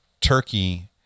Turkey